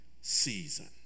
season